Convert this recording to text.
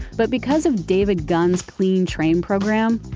but because of david gunn's clean train program,